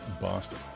Boston